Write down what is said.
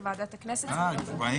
חופשה